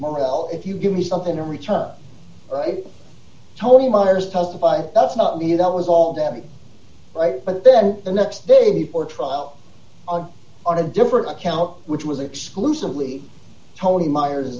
per if you give me something in return tony myers testify that's not me that was all damn right but then the next day before trial on on a different account which was exclusively tony myers